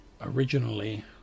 originally